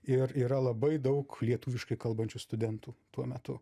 ir yra labai daug lietuviškai kalbančių studentų tuo metu